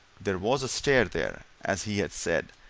there was a stair there, as he had said,